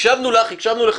הקשבנו לך, הקשבנו לו,